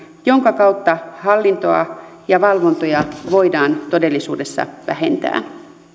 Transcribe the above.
jonka kautta hallintoa ja valvontoja voidaan todellisuudessa vähentää